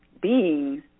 beings